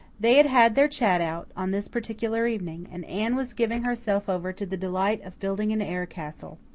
they had had their chat out, on this particular evening, and anne was giving herself over to the delight of building an air-castle.